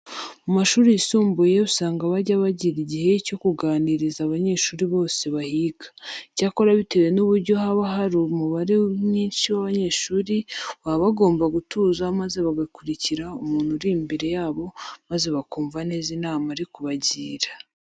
Mu mashuri yisumbuye usanga bajya bagira igihe cyo kuganiriza abanyeshuri bose bahiga. Icyakora bitewe n'uburyo haba hari umubare mwinshi w'abanyeshuri, baba bagomba gutuza maze bagakurikira umuntu uri imbere yabo maze bakumva neza inama ari kubagira.